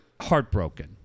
heartbroken